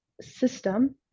system